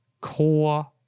core